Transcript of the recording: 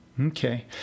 Okay